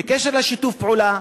בקשר לשיתוף פעולה,